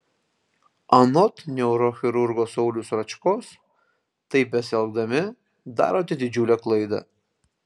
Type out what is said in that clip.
anot neurochirurgo sauliaus ročkos taip besielgdami darote didžiulę klaidą